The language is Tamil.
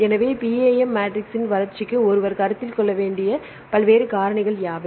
எனவே PAM மேட்ரிக்ஸின் வளர்ச்சிக்கு ஒருவர் கருத்தில் கொள்ள வேண்டிய பல்வேறு காரணிகள் யாவை